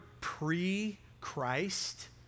pre-Christ